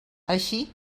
així